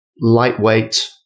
lightweight